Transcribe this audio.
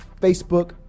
Facebook